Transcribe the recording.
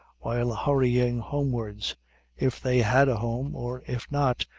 while hurrying homewards if they had a home, or if not,